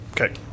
Okay